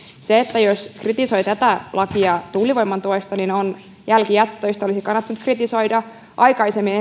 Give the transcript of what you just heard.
se jos kritisoi tätä lakia tuulivoiman tuesta on jälkijättöistä olisi kannattanut kritisoida aikaisemmin